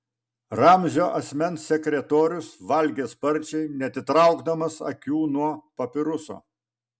ramzio asmens sekretorius valgė sparčiai neatitraukdamas akių nuo papiruso